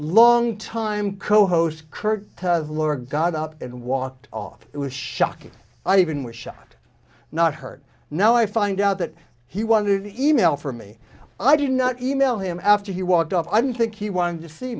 long time co host kurt loder got up and walked off it was shocking i even was shocked not heard now i find out that he wanted e mail from me i did not e mail him after he walked off i don't think he wanted to see